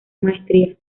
maestría